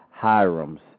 Hiram's